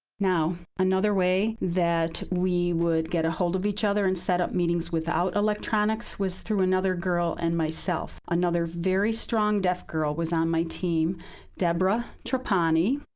now, another way that we would get ahold of each other and set up meetings without electronics was through another girl and myself. another very strong deaf girl was on my team, deborah debra trapani.